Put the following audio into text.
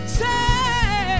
say